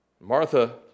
Martha